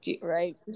right